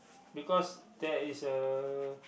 because there is a